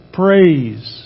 praise